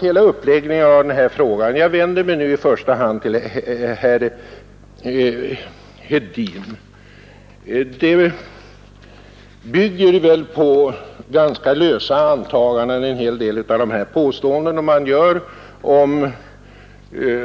Hela uppläggningen av denna fråga — jag vänder mig nu i första hand till herr Hedin — bygger på ganska lösa antaganden; i varje fall gäller detta en hel del av de påståenden man gör